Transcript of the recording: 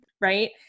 right